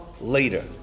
later